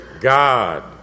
God